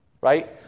right